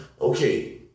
okay